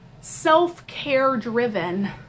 self-care-driven